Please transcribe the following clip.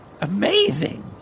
Amazing